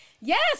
yes